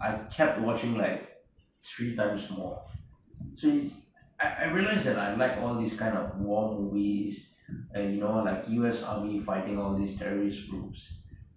I kept watching like three times more so I I realize that I like all this kind of war movies and you know like U_S army fighting all these terrorists groups